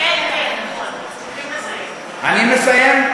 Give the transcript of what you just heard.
אני מסיים.